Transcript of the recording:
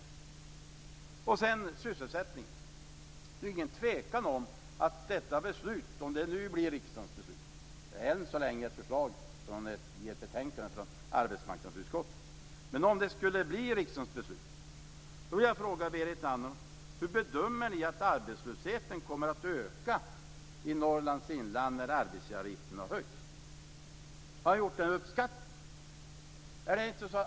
När det sedan gäller sysselsättningen undrar jag hur man bedömer att detta riksdagsbeslut om att höja arbetsgivaravgifterna - om det nu blir riksdagens beslut, än så länge är det bara ett förslag i ett betänkande från arbetsmarknadsutskottet - kommer att leda till att arbetslösheten kommer att öka i Norrlands inland. Har man gjort någon uppskattning?